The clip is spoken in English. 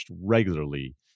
regularly